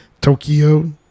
Tokyo